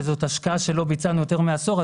שזה השקעה שלא ביצענו יותר מעשור,